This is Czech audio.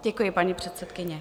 Děkuji, paní předsedkyně.